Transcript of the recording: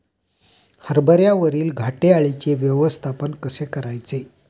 हरभऱ्यावरील घाटे अळीचे व्यवस्थापन कसे करायचे?